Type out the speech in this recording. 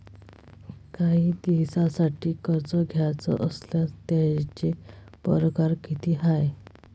कायी दिसांसाठी कर्ज घ्याचं असल्यास त्यायचे परकार किती हाय?